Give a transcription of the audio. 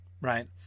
right